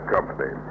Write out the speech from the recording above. Company